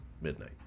midnight